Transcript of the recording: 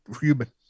Human